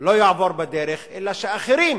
לא יעבור בדרך, אלא שאחרים